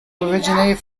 originated